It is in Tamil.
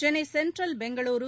சென்னை சென்ட்ரல் பெங்களூரூ